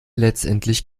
letztendlich